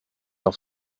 off